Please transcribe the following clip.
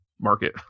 market